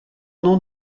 nom